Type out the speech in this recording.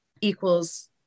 equals